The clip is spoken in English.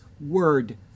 word